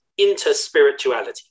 interspirituality